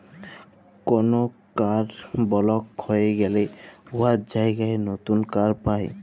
call card block হঁয়ে গ্যালে উয়ার জায়গায় লতুল কাড় পায়